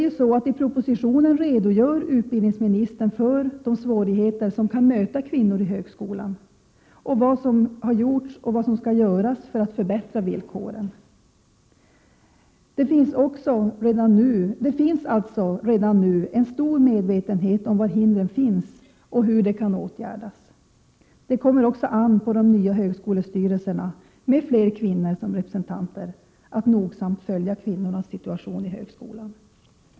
I propositionen redogör utbildningsministern för de svårigheter som kan möta kvinnor i högskolan och vad som har gjorts och skall göras för att förbättra villkoren. Det finns alltså redan nu en stor medvetenhet om var hindren finns och om hur dessa kan åtgärdas. Det kommer också an på de nya högskolestyrelserna, med fler kvinnor som representanter, att nogsamt följa kvinnornas situation i högskolan.